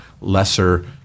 lesser